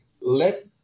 let